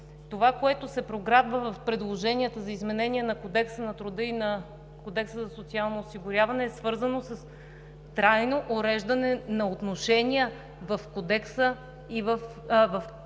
Това, което се прокрадва в предложенията за изменение на Кодекса на труда и Кодекса за социално осигуряване, е свързано с трайно уреждане на отношения в Кодекса на труда